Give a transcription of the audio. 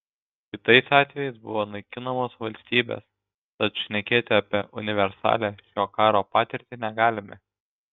kitais atvejais buvo naikinamos valstybės tad šnekėti apie universalią šio karo patirtį negalime